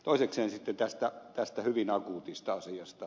toisekseen sitten tästä hyvin akuutista asiasta